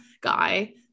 guy